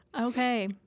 Okay